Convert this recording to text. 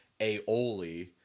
aioli